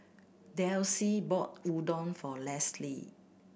Delcie bought Udon for Lesly